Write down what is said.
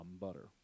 butter